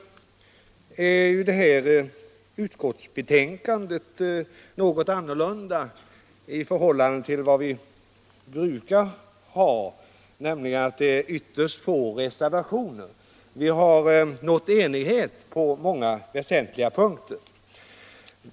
Det här utskottsbetänkandet är ju en smula annorlunda än vad som är vanligt med betänkanden: det har nämligen ytterst få reservationer. eftersom vi har nått enighet på många väsentliga punkter.